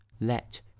Let